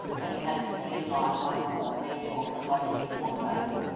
and he had to begin life once more barefoot, like a new-born babe.